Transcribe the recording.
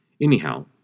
Anyhow